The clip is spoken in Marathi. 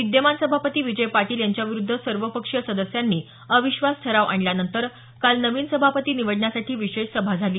विद्यमान सभापती विजय पाटील यांच्याविरुद्ध सर्वपक्षीय सदस्यांनी अविश्वास ठराव आणल्यानंतर काल नवीन सभापती निवडण्यासाठी विशेष सभा झाली